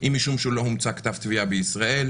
אם משום שלא הומצא כתב תביעה בישראל,